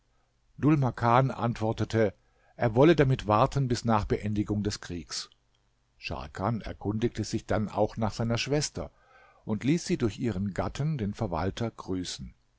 makan antwortete er wolle damit warten bis nach beendigung des kriegs scharkan erkundigte sich dann auch nach seiner schwester und ließ sie durch ihren gatten den verwalter grüßen